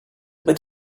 bit